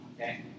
Okay